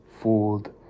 fooled